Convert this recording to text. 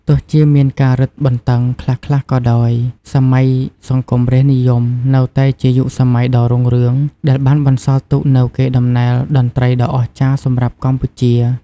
ទោះជាមានការរឹតបន្តឹងខ្លះៗក៏ដោយ សម័យសង្គមរាស្ត្រនិយមនៅតែជាយុគសម័យដ៏រុងរឿងដែលបានបន្សល់ទុកនូវកេរដំណែលតន្ត្រីដ៏អស្ចារ្យសម្រាប់កម្ពុជា។